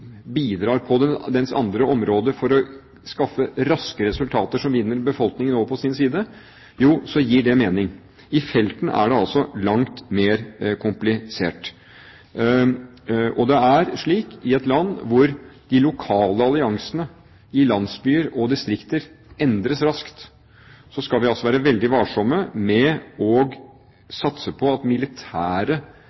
bidrar på den andres område for å skaffe raske resultater som vinner befolkningen over på sin side, så gir det mening. I felten er det altså langt mer komplisert. I et land hvor de lokale alliansene i landsbyer og distrikter endres raskt, skal vi være veldig varsomme med